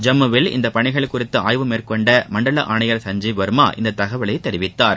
ஜம்முவில் இப்பணிகள் குறித்த ஆய்வு மேற்கொண்ட மண்டல ஆணையர் சஞ்சீவ் வர்மா இத்தகவலை தெரிவித்தார்